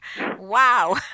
Wow